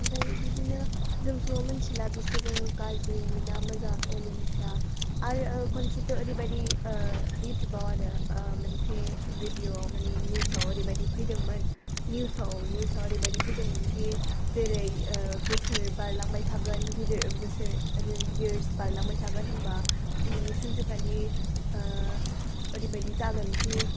ओमफ्राय बिदिनो जोंथ' मिनथिला बिसोरो गाज्रि ना मोजां एलियेनफ्रा आरो खनसेथ' ओरैबायदि युटुबाव आरो मोनसे भिडिय' माने निउजआव ओरैबायदि फैदोंमोनखि जेरै बोसोर बारलांबाय थागोन जेरै इयार्स बारलांबाय थागोन होनब्ला माने सानसेखालि ओरैबायदि जागोनखि